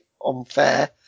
unfair